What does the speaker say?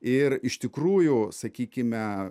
ir iš tikrųjų sakykime